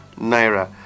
naira